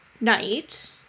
night